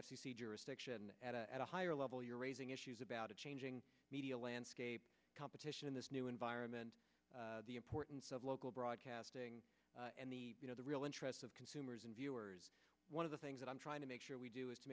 c jurisdiction at a higher level you're raising issues about a changing media landscape competition in this new environment the importance of local broadcasting and the you know the real interests of consumers and viewers one of the things that i'm trying to make sure we do is to